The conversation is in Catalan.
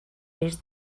peix